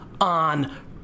on